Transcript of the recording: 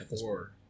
four